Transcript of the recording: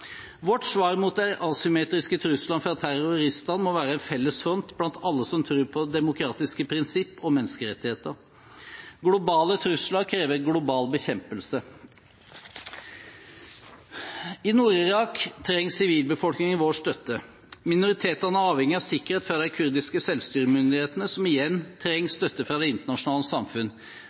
Vårt svar mot de asymmetriske truslene fra terroristene må være en felles front blant alle som tror på demokratiske prinsipper og menneskerettigheter. Globale trusler krever global bekjempelse. I Nord-Irak trenger sivilbefolkningen vår støtte. Minoritetene er avhengig av sikkerhet fra de kurdiske selvstyremyndighetene, som igjen trenger støtte fra det internasjonale samfunn.